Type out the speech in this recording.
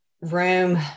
room